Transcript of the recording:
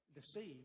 deceived